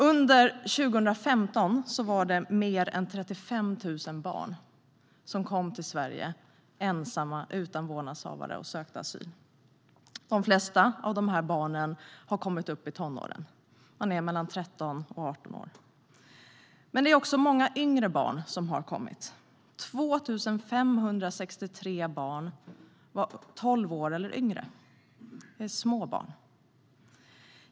Under 2015 kom mer än 35 000 barn till Sverige ensamma utan vårdnadshavare och sökte asyl. De flesta av barnen har kommit upp i tonåren. De är mellan 13 och 18 år. Men det finns också många yngre barn. 2 563 barn var 12 år eller yngre. Det är små barn.